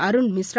Arun Mishra